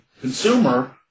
consumer